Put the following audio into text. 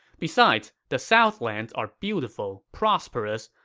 besides, the southlands are beautiful, prosperous,